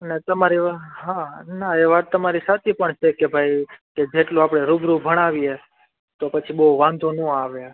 અને તમારી વા હા ના એ વાત તમારી સાચી પણ છે કે ભાઈ કે જેટલું આઆપણે પડે રૂબરૂ ભણાવીએ તો પછી બઉ વાંધો નો આવે